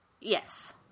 Yes